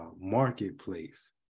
marketplace